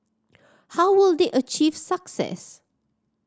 how will they achieve success